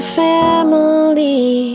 family